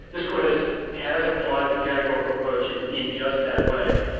this court has has applied the categorical approach in in just that way,